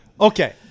Okay